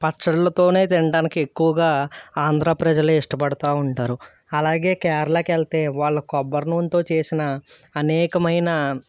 పచ్చళ్ళతోనే తినడానికి ఎక్కువగా ఆంధ్రా ప్రజలే ఇష్టపడుతూ ఉంటారు అలాగే కేరళాకి వెళితే వాళ్ళ కొబ్బరి నూనెతో చేసిన అనేకమైన